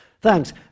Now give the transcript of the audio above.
Thanks